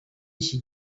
iki